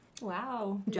Wow